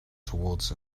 towards